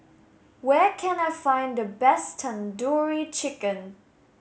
where can I find the best Tandoori Chicken